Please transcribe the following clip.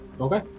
Okay